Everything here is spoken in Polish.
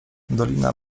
dolina